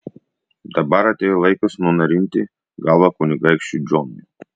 dabar atėjo laikas nunarinti galvą kunigaikščiui džonui